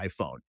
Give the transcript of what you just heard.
iPhone